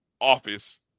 office